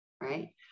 right